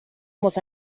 muss